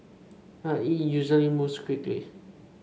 but it usually moves quickly